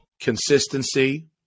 consistency